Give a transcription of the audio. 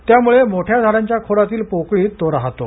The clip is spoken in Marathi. त्यामुळे मोठ्या झाडांच्या खोडातील पोकळीत तो राहतो